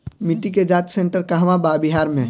मिटी के जाच सेन्टर कहवा बा बिहार में?